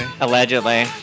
Allegedly